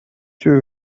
two